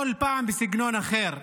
כל פעם בסגנון אחר,